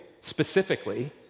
specifically